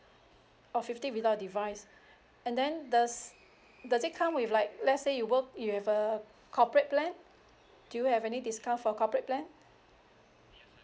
orh fifty without a device and then does does it come with like let's say you work you have a corporate plan do you have any discount for corporate plan